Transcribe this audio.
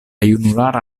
junulara